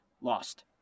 lost